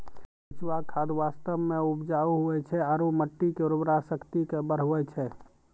केंचुआ खाद वास्तव मे उपजाऊ हुवै छै आरू मट्टी के उर्वरा शक्ति के बढ़बै छै